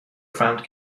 found